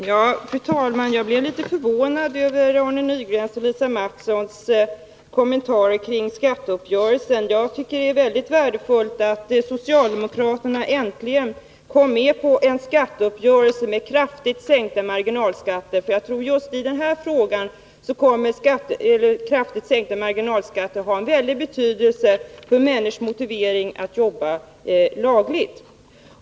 Fru talman! Jag blev litet förvånad över Arne Nygrens och Lisa Mattsons kommentarer kring skatteuppgörelsen. Jag tycker det är mycket värdefullt att socialdemokraterna äntligen kom med på en uppgörelse med kraftigt sänkta marginalskatter. Jag tror att just kraftigt sänkta marginalskatter kommer att ha stor betydelse för människors motivation att jobba lagligt.